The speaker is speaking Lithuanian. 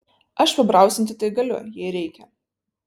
aš pabrausinti tai galiu jei reikia